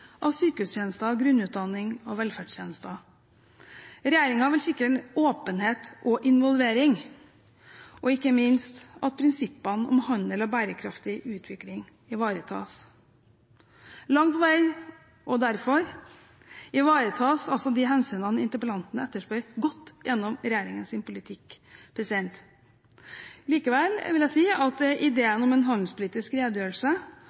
av sykehustjenester, grunnutdanning og velferdstjenester. Regjeringen vil sikre åpenhet og involvering og ikke minst at prinsippene om handel og bærekraftig utvikling ivaretas. Langt på vei – og derfor – ivaretas altså de hensynene interpellanten etterspør, godt gjennom regjeringens politikk. Likevel vil jeg si at en handelspolitisk redegjørelse